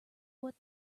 where